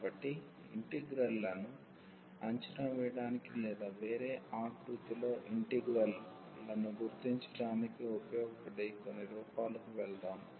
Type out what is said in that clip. కాబట్టి ఇంటిగ్రల్ లను అంచనా వేయడానికి లేదా వేరే ఆకృతిలో ఇంటిగ్రల్ లను గుర్తించడానికి ఉపయోగపడే కొన్ని రూపాలకు వెళ్దాం